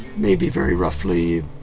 maybe, very roughly,